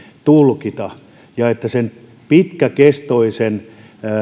tulkita ja että sen pitkäkestoisen